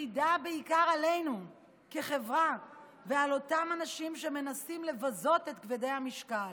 מעידה בעיקר עלינו כחברה ועל אותם אנשים שמנסים לבזות את כבדי המשקל.